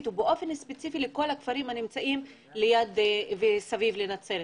ובאופן ספציפי לכל הכפרים שנמצאים ליד וסביב נצרת.